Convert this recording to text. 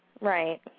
Right